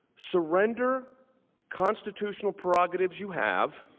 surrender constitutional prerogatives you have